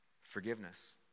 forgiveness